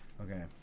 Okay